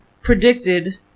predicted